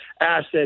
asset